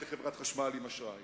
לחברת החשמל יש בעיה נוראית עם אשראי.